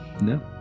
No